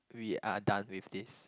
we are done with this